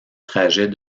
trajet